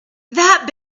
that